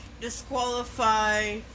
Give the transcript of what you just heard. disqualify